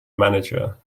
manager